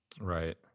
Right